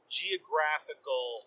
geographical